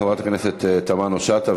חברת הכנסת תמנו-שטה,